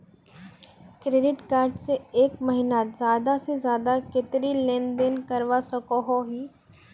Credit card से एक महीनात ज्यादा से ज्यादा कतेरी लेन देन करवा सकोहो ही?